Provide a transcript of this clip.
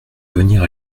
venir